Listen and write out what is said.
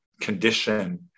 condition